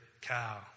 cow